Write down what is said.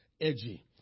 edgy